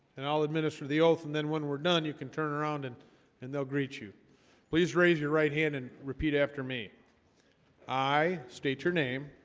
and i'll administer the oath, and then when we're done you can turn around and and they'll greet you please raise your right hand and repeat after me i state your name